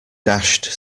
dashed